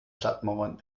stadtmauern